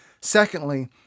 Secondly